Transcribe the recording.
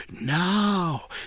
now